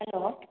hello